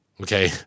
Okay